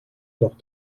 doch